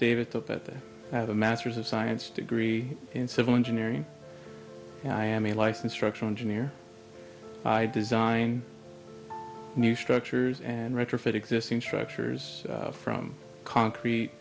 david thought that i have a masters of science degree in civil engineering and i am a license structural engineer i design new structures and retrofit existing structures from concrete